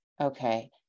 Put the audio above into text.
Okay